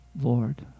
Lord